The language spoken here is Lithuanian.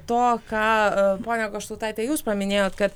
to ką ponia goštautaite jūs paminėjot kad